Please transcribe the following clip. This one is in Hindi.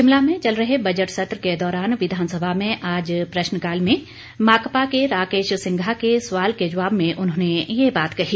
शिमला में चल रहे बजट सत्र के दौरान विधानसभा में आज प्रश्नकाल में माकपा के राकेश सिंघा के सवाल के जवाब में उन्होंने ये बात कही